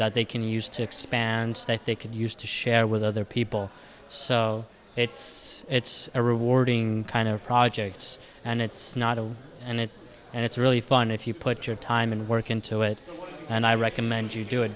that they can use to expand that they could use to share with other people so it's it's a rewarding kind of projects and it's not a and it and it's really fun if you put your time and work into it and i recommend you do it